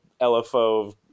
LFO